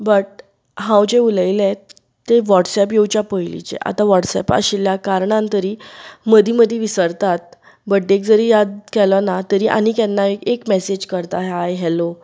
but हांव जें उलयलें तें व्हॉट्सएप येवचें पयलीचें आतां व्हॉट्सएप आशिल्ल्या कारणान तरी मदीं मदीं विसरतात बर्डेक जरी याद केलो ना तरी आनी केन्नाय एक मॅसेज करता हाय हॅलो